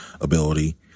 ability